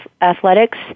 athletics